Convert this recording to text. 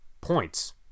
Points